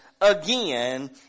again